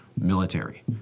military